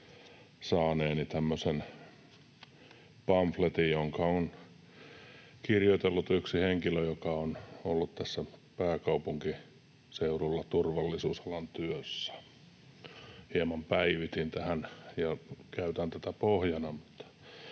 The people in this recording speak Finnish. sitten saamani pamfletin, jonka on kirjoitellut yksi henkilö, joka on ollut täällä pääkaupunkiseudulla turvallisuusalan työssä. Hieman päivitin tätä, ja käytän tätä pohjana.